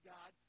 God